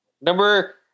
Number